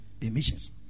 emissions